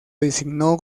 designó